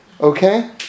Okay